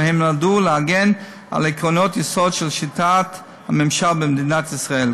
והן נועדו להגן על עקרונות יסוד של שיטת הממשל במדינת ישראל.